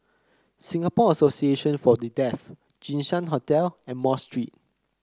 Singapore Association For The Deaf Jinshan Hotel and Mosque Street